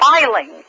filing